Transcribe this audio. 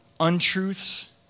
untruths